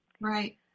Right